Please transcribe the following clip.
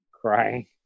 crying